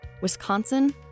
Wisconsin